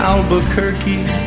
Albuquerque